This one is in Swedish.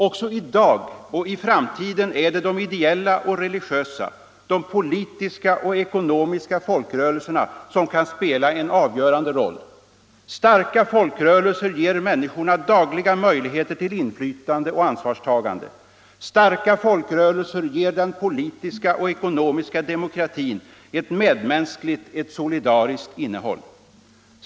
— Också i dag och i framtiden är det de ideella och religiösa, de politiska och ekonomiska folkrörelserna som kan spela en avgörande roll. Starka folkrörelser ger människorna dagliga möjligheter till inflytande och ansvarstagande. Starka folkrörelser ger den politiska och ekonomiska demokratin ett medmänskligt, ett solidariskt innehåll.